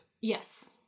Yes